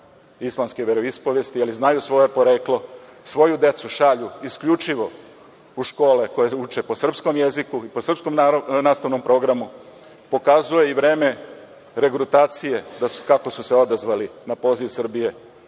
islamske veroispovesti, ali znaju svoje poreklo. Svoju decu šalju isključivo u škole koje uče po srpskom jeziku i po srpskom nastavnom programu. Pokazuje i vreme regrutacije kako su se odazvali na poziv Srbije